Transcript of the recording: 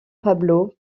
pablo